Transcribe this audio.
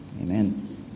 Amen